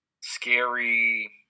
Scary